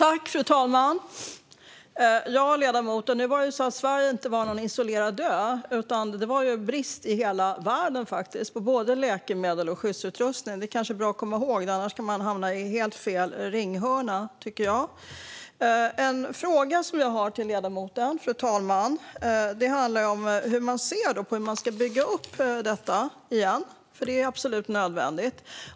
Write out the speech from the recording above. Fru talman! Sverige var inte någon isolerad ö, ledamoten. Det var brist i hela världen på både läkemedel och skyddsutrustning. Det är kanske bra att komma ihåg det. Annas kan man hamna i helt fel ringhörna. Fru talman! Jag har en fråga till ledamoten. Det handlar om hur man ser på hur man ska bygga upp detta igen. Det är absolut nödvändigt.